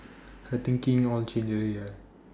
her thinking all change here